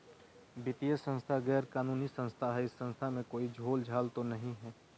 वित्तीय संस्था गैर कानूनी संस्था है इस संस्था में कोई झोलझाल तो नहीं है?